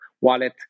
wallet